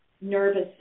nervous